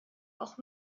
auch